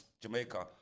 Jamaica